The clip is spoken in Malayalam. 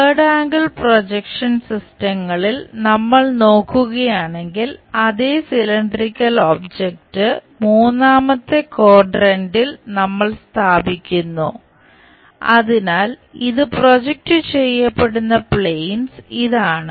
തേർഡ് ആംഗിൾ ഇതാണ്